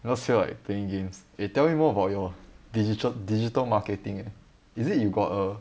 not say like playing games eh tell me more about your digital digital marketing is it you got a